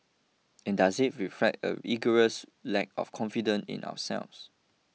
and does it reflect an egregious lack of confidence in ourselves